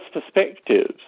perspectives